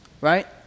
right